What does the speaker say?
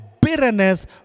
bitterness